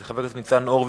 של חבר הכנסת ניצן הורוביץ,